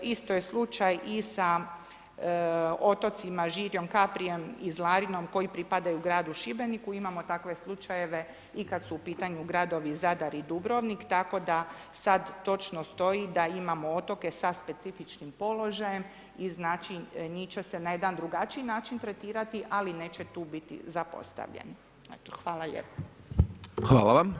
Isto je slučaj i sa otocima Žirjem, Kaprijem i Zlarinom koji pripadaju gradu Šibeniku, imamo takve slučajeve i kad su u pitanju gradovi Zadar i Dubrovnik, tako da sad točno stoji da imamo otoke sa specifičnim položajem i njih će se na jedan drugačiji način tretirati ali neće tu biti zapostavljen.